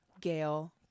gail